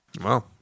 Wow